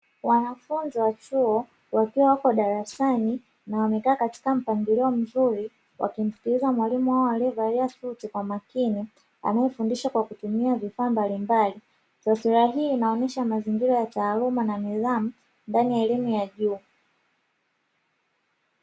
Wanafunzi wa chuo wakiwa wapo darasani na wamekaa katika mpangilio mzuri wakimsikiliza mwalimu wao aliyevalia suti kwa makini anayefundisha kwa kutumia vifaa mbalimbali. Taswira hii inaonyesha mazingira ya taaluma na nidhamu ndani ya elimu ya juu.